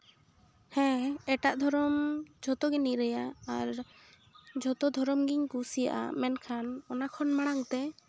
ᱦᱮᱸ ᱮᱴᱟᱜ ᱫᱷᱚᱨᱚᱢ ᱡᱷᱚᱛᱚ ᱜᱮ ᱱᱤᱨᱟᱹᱭᱟ ᱟᱨ ᱡᱷᱚᱛᱚ ᱫᱷᱚᱨᱚᱢ ᱜᱮᱧ ᱠᱩᱥᱤᱭᱟᱜᱼᱟ ᱢᱮᱱᱠᱷᱟᱱ ᱚᱱᱟ ᱠᱷᱚᱱ ᱢᱟᱲᱟᱝᱛᱮ